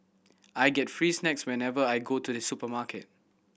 I get free snacks whenever I go to the supermarket